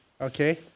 Okay